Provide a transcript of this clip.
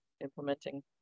implementing